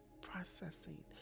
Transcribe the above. processing